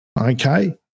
Okay